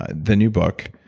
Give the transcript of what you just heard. ah the new book,